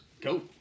Go